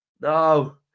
no